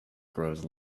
grows